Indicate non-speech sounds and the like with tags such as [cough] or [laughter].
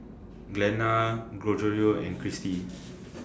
Glenna Gregorio and Christi [noise]